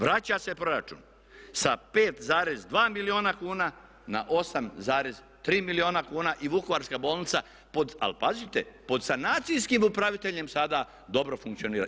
Vraća se proračun sa 5,2 milijuna kuna na 8,3 milijuna kuna i Vukovarska bolnica pod, ali pazite pod sanacijskim upraviteljem sada dobro funkcionira.